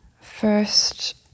First